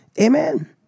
Amen